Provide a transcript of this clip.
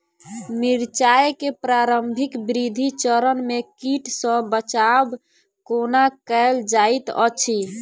मिर्चाय केँ प्रारंभिक वृद्धि चरण मे कीट सँ बचाब कोना कैल जाइत अछि?